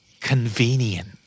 Convenient